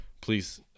please